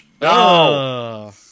no